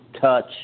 touch